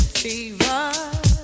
fever